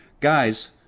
guys